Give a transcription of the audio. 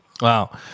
Wow